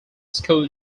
school